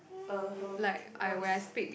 uh hmm voice